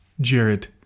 Jared